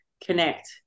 Connect